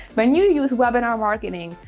when you use webinar marketing,